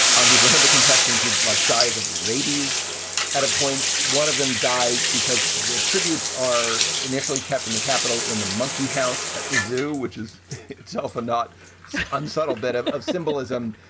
um he's one of the contestants who, like, dies of rabies at a point. one of them dies because the tributes are initially kept in the capital, in the monkey house at the zoo, which is itself not so unsubtle bit of of symbolism.